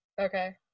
Okay